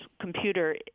computer